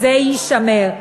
תיירות מרפא.